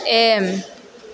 M